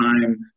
time